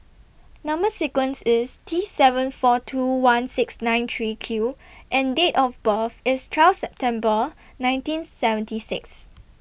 Number sequence IS T seven four two one six nine three Q and Date of birth IS twelve September nineteen seventy six